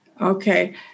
Okay